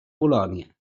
polònia